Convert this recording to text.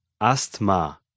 Asthma